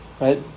right